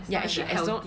ya actua~ as long